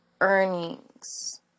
earnings